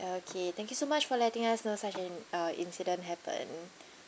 okay thank you so much for letting us know such an uh incident happened